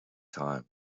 time